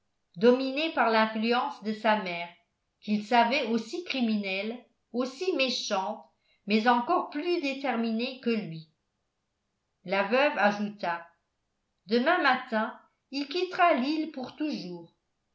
dominé par l'influence de sa mère qu'il savait aussi criminelle aussi méchante mais encore plus déterminée que lui la veuve ajouta demain matin il quittera l'île pour toujours